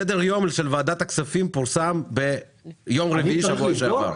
סדר היום של ועדת הכספים פורסם ביום רביעי שבוע שעבר.